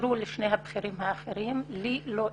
אישרו לשני הבכירים האחרים ולי לא אישרו.